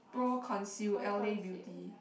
pro conceal l_a Beauty